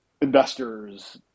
investors